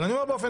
אבל באופן